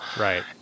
Right